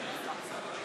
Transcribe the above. עקב פרסומים בכלי התקשורת,